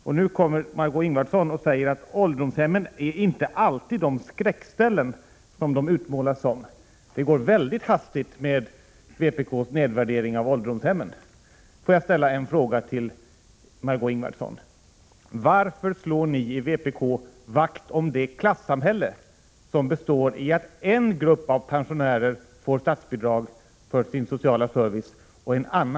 Och nu kommer Marg6ö Ingvardsson och säger att ålderdomshemmen inte alltid är de skräckställen de har utmålats som. Det går väldigt hastigt med vpk:s nedvärdering av ålderdomshemmen.